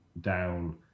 down